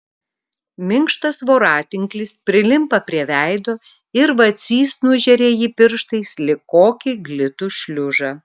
minkštas voratinklis prilimpa prie veido ir vacys nužeria jį pirštais lyg kokį glitų šliužą